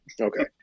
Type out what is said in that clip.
okay